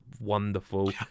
wonderful